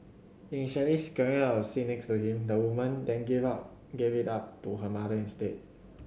initially securing a seat next to him the woman then gave up gave it up to her mother instead